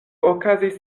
okazis